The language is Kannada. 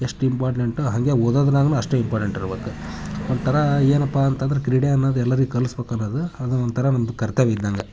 ಎಷ್ಟು ಇಂಪಾರ್ಟೆಂಟು ಹಾಗೆ ಓದೋದ್ನಾಗು ಅಷ್ಟೇ ಇಂಪಾರ್ಟೆಂಟ್ ಇರ್ಬೇಕು ಒಂಥರ ಏನಪ್ಪ ಅಂತಂದ್ರೆ ಕ್ರೀಡೆ ಅನ್ನೋದು ಎಲ್ಲರಿಗೆ ಕಲಿಸ್ಬೇಕನ್ನದು ಅದು ಒಂಥರ ನಮ್ದು ಕರ್ತವ್ಯ ಇದ್ದಂಗೆ